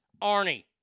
Arnie